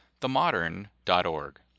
themodern.org